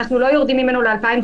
ואנחנו לא יורדים ל-2,500,